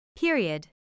Period